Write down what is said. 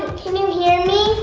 can you hear me